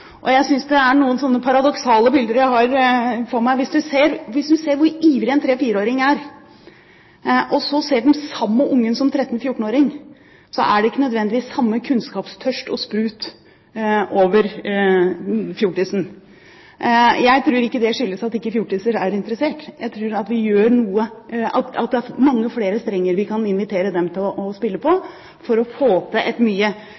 Det er noen paradoksale bilder jeg ser for meg her: Hvis man ser hvor ivrig en tre-fire-åring er, og så ser den samme ungen som tretten–fjorten-åring, er det ikke nødvendigvis den samme kunnskapstørst og sprut som preger fjortisen. Jeg tror ikke det skyldes at ikke fjortiser er interessert. Jeg tror at det er mange flere strenger vi kan invitere dem til å spille på for å få til et mye